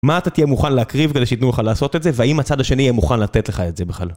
מה אתה תהיה מוכן להקריב כדי שיתנו לך לעשות את זה, והאם הצד השני יהיה מוכן לתת לך את זה בכלל.